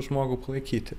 žmogų palaikyti